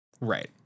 Right